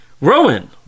Rowan